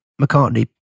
McCartney